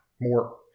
more